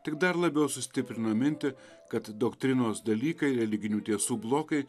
tik dar labiau sustiprino mintį kad doktrinos dalykai religinių tiesų blokai